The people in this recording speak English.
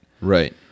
Right